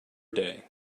day